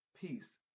peace